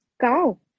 Cow